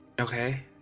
Okay